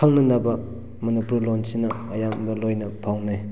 ꯈꯪꯅꯅꯕ ꯃꯅꯤꯄꯨꯔ ꯂꯣꯟꯁꯤꯅ ꯑꯌꯥꯝꯕ ꯂꯣꯏꯅ ꯐꯥꯎꯅꯩ